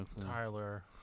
Tyler